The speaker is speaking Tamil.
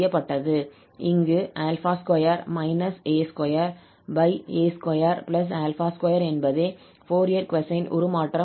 இங்கு 2 a2a22 என்பதே ஃபோரியர் கொசைன் உருமாற்றம் ஆகும்